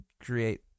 create